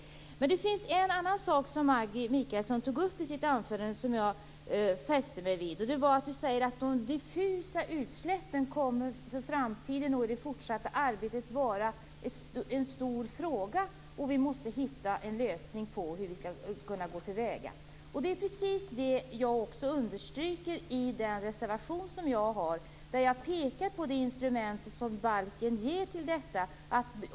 Det finns en annan sak som Maggi Mikaelsson tog upp i sitt anförande som jag fäste mig vid. Hon sade att frågan om de diffusa utsläppen kommer att vara stor i det framtida arbetet och att vi måste hitta en lösning på hur vi skall kunna gå till väga. Det är precis det jag understryker i min reservation, där jag pekar på det instrument balken ger.